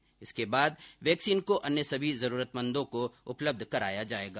इसके बाद वैक्सीन को अन्य सभी जरूरतमंदों को उपलब्ध कराया जाएगा